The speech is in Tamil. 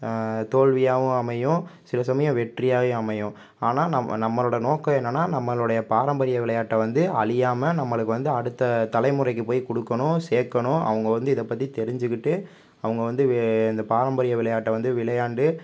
தோல்வியாகவும் அமையும் சில சமயம் வெற்றியாகவும் அமையும் ஆனால் நம் நம்பளோட நோக்கம் என்னென்னா நம்பளுடைய பாரம்பரிய விளையாட்டை வந்து அழியாமல் நம்மளுக்கு வந்து அடுத்த தலைமுறைக்கு போய் கொடுக்கணும் சேர்க்கணும் அவங்க வந்து இதை பற்றி தெரிஞ்சிக்கிட்டு அவங்க வந்து இந்த பாரம்பரிய விளையாட்டை வந்து விளையாண்டு